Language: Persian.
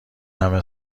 همه